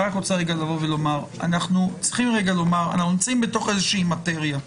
אנחנו נמצאים בתוך איזושהי מטריה.